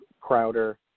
Crowder